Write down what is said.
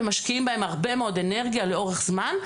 ומשקיעים בהם הרבה מאוד אנרגיה לאורך זמן,